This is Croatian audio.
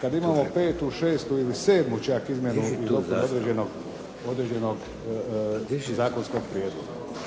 kad imamo petu, šestu ili sedmu čak izmjenu i dopunu određenog zakonskog prijedloga.